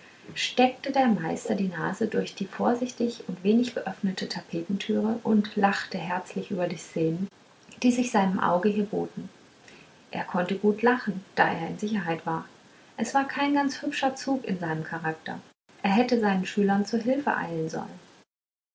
steckte der meister die nase durch die vorsichtig und wenig geöffnete tapetentüre und lachte herzlich über die szenen die sich seinem auge hier boten er konnte gut lachen da er in sicherheit war es war kein ganz hübscher zug in seinem charakter er hätte seinen schülern zu hilfe eilen sollen